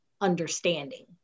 understanding